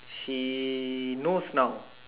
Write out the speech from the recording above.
she knows now